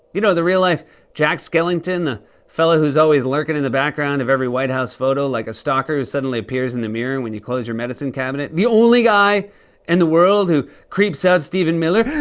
you know, the real-life jack skellington? the fellow who's always lurking in the background of every white house photo like a stalker who suddenly appears in the mirror when you close your medicine cabinet? the only guy in and the world who creeps out stephen miller?